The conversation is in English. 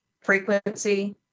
frequency